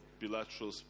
bilateral